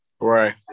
Right